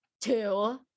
Two